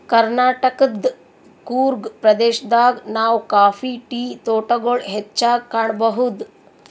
ಕರ್ನಾಟಕದ್ ಕೂರ್ಗ್ ಪ್ರದೇಶದಾಗ್ ನಾವ್ ಕಾಫಿ ಟೀ ತೋಟಗೊಳ್ ಹೆಚ್ಚಾಗ್ ಕಾಣಬಹುದ್